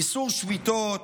איסור שביתות,